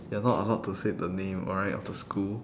you're not allowed to say the name alright of the school